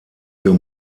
für